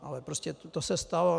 Ale prostě to se stalo.